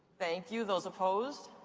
thank you. those opposed?